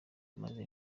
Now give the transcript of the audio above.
amaze